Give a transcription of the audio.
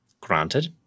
Granted